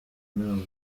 ntabwo